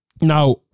Now